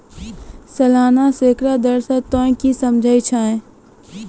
सलाना सैकड़ा दर से तोंय की समझै छौं